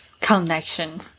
Connection